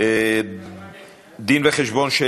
דין-וחשבון של